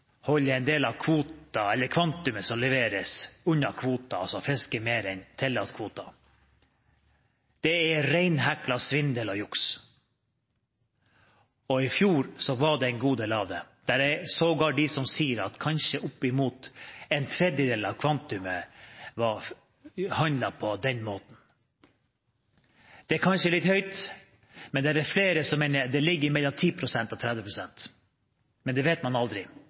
holde en del av kvantumet som leveres, unna kvoten – altså fiske mer enn tillatt kvote. Det er reinhekla svindel og juks. I fjor var det en god del av dette. Det er sågar de som sier at kanskje oppimot en tredjedel av kvantumet var handlet på den måten. Det er kanskje litt høyt, men det er flere som mener det ligger mellom 10 pst. og 30 pst. Det vet man aldri,